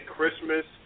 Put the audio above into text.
Christmas